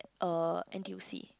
uh n_t_u_c